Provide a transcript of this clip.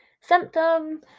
symptom